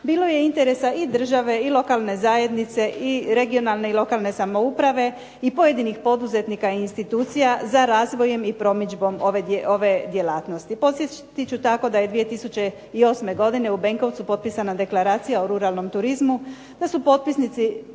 bilo je interesa i države i lokalne zajednice i regionalne i lokalne samouprave i pojedinih poduzetnika i institucija za razvojem i promidžbom ove djelatnosti. Podsjetit ću tako da je 2008. godine u Benkovcu potpisana deklaracija o ruralnom turizmu, da su potpisnici